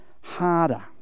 harder